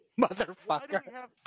motherfucker